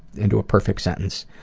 into a perfect sentence.